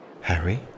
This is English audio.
Harry